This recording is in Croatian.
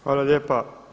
Hvala lijepa.